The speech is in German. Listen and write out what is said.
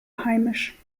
heimisch